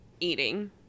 eating